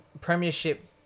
premiership